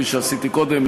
כפי שעשיתי קודם,